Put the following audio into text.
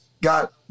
got